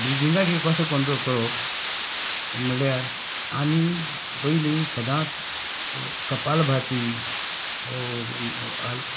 ब्रिदिंगाचेर कसो कंट्रोल करप म्हणल्यार आमी पयलीं सदांच कपालभाती